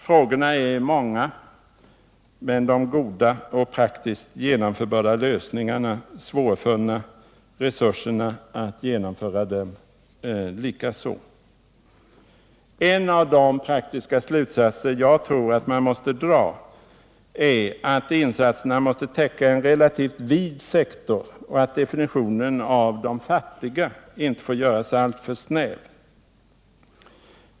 Frågorna är många, men de goda och praktiskt genomförbara lösningarna är svårfunna och resurserna för att genomföra dem likaså. En av de praktiska slutsatser jag tror att man måste dra är att insatserna måste täcka en relativt vid sektor och att definitionen av begreppet ”de fattiga” inte får göras alltför snäv.